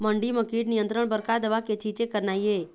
भिंडी म कीट नियंत्रण बर का दवा के छींचे करना ये?